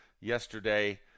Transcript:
yesterday